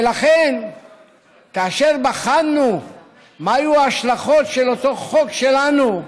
ולכן כאשר בחנו מה יהיו ההשלכות של אותו חוק שלנו,